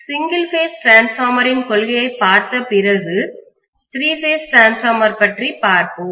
single phase டிரான்ஸ்பார்மரின் கொள்கையை பார்த்த பிறகு பிறகு திரி பேஸ் டிரான்ஸ்பார்மர் பற்றி பார்ப்போம்